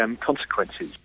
consequences